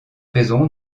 raison